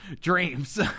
dreams